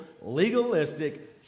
legalistic